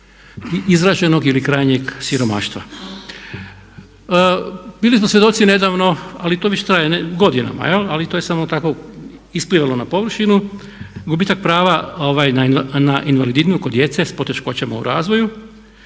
izraženog ili krajnjeg siromaštva. Bili smo svjedoci nedavno, ali to već traje godinama jel' ali to je samo tako isplivalo na površinu, gubitak prava na invalidninu kod djece s poteškoćama u razvoju.